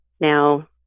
now